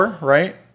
right